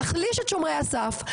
להחליש את שומרי הסף,